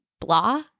blah